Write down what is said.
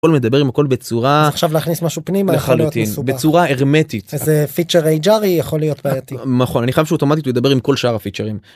מדבר עם הכל בצורה עכשיו להכניס משהו פנימה לחלוטין בצורה הרמטית איזה פיצ'ר HRי יכול להיות בעייתי. נכון אני חייב שהוא אוטומטית הוא ידבר עם כל שאר הפיצ'רים.